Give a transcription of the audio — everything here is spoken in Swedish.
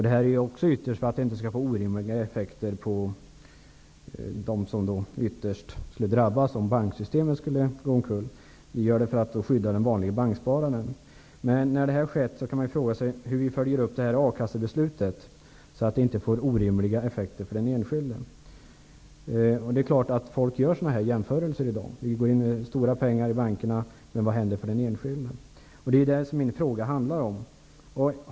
Det är för att det inte skall bli orimliga effekter för dem som skulle ytterst drabbas om banksystemet skulle gå omkull. Det här är alltså för att skydda den vanlige spararen i banken. Men då kan vi fråga oss hur vi följer upp a-kassebeslutet så att det inte får orimliga effekter för den enskilde. Det är klart att folk gör sådana jämförelser i dag. Stora pengar ges till bankerna, men vad händer för den enskilde? Min fråga gäller detta.